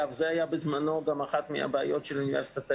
זו הייתה בזמנו גם אחת הבעיות של אוניברסיטת אריאל.